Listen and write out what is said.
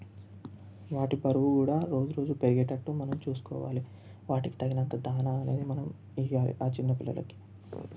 వాటి బరువు కూడా రోజు రోజు పెరిగేటట్టు మనం చూసుకోవాలి వాటి తగినంత దాణ అనేది మనం వెయ్యాలి ఆ చిన్న పిల్లలకి